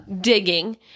digging